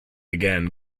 again